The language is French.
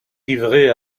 livrées